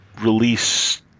release